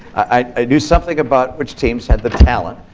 i knew something about which teams had the talent.